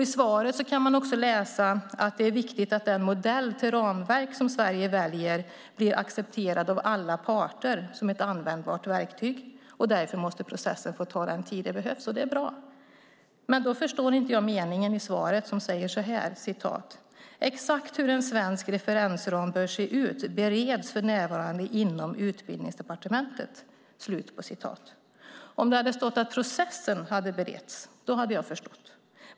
I svaret kan man också läsa att det är viktigt att den modell till ramverk som Sverige väljer blir accepterad av alla parter som ett användbart verktyg, och därför måste processen få ta den tid som behövs. Det är bra. Men då förstår jag inte meningen i svaret som säger så här: "Exakt hur en sådan svensk referensram bör se ut bereds för närvarande inom Utbildningsdepartementet." Om det hade stått att processen bereds hade jag förstått.